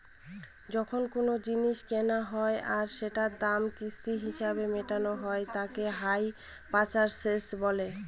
যখন কোনো জিনিস কেনা হয় আর সেটার দাম কিস্তি হিসেবে মেটানো হয় তাকে হাই পারচেস বলে